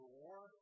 war